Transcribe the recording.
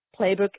playbook